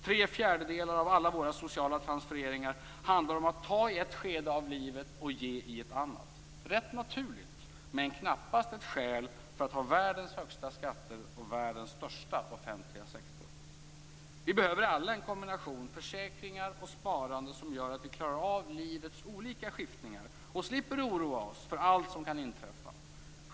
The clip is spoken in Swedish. Tre fjärdedelar av alla våra sociala transfereringar handlar om att ta i ett skede av livet och ge i ett annat. Det är rätt naturligt men knappast ett skäl för att ha världens högsta skatter och världens största offentliga sektor. Vi behöver alla en kombination av försäkringar och sparande som gör att vi klarar av livets olika skiftningar och slipper oroa oss för allt som kan inträffa.